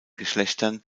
geschlechtern